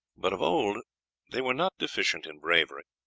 but of old they were not deficient in bravery,